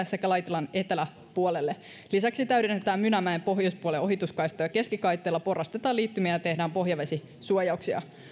sekä laitilan eteläpuolelle lisäksi täydennetään mynämäen pohjoispuolen ohituskaistoja keskikaiteella porrastetaan liittymiä ja tehdään pohjavesisuojauksia